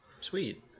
Sweet